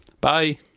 Bye